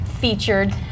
featured